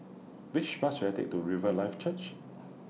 Which Bus should I Take to Riverlife Church